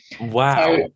Wow